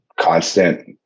constant